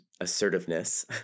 assertiveness